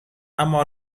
اما